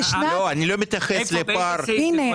אני לא מתייחס לפער --- באיזה סעיף זה כולל?